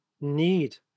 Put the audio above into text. need